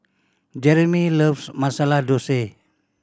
Jereme loves Masala Dosa